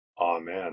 Amen